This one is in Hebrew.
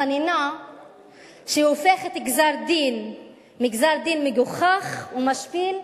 חנינה שהופכת גזר-דין מגזר-דין מגוחך ומשפיל,